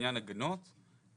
לעניין הגנות.